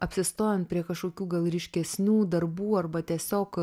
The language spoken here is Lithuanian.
apsistojant prie kažkokių gal ryškesnių darbų arba tiesiog